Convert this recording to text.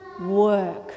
work